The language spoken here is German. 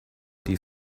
die